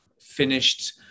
finished